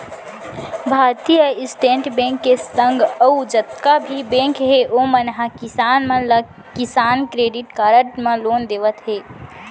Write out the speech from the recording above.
भारतीय state bank के संग अउ जतका भी बेंक हे ओमन ह किसान मन ला किसान क्रेडिट कारड म लोन देवत हें